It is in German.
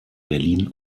berlin